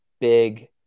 big